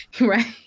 Right